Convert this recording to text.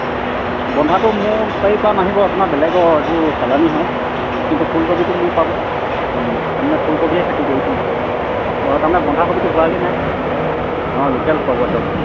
বন্ধাটো মোৰ বাৰীৰপৰা নাহিব আপোনাৰ বেলেগৰ এইটো চালানী হয় কিন্তু ফুলকবিটো মোৰ পাব তাৰ মানে ফুলকবিৰহে খেতি কৰিছোঁ মই তাৰমানে বন্ধাকবিটো হোৱাগৈ নাই অঁ লোকেল পাব একদম